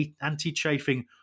anti-chafing